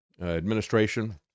administration